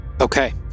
Okay